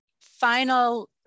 final